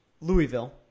Louisville